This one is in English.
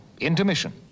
intermission